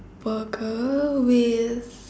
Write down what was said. burger with